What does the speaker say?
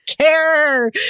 care